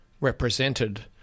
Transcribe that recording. represented